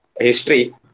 history